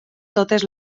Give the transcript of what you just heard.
totes